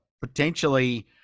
potentially